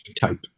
type